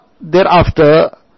thereafter